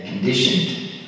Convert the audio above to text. Conditioned